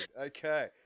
Okay